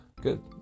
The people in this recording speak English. good